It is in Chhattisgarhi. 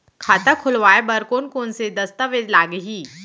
खाता खोलवाय बर कोन कोन से दस्तावेज लागही?